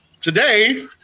today